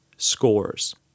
scores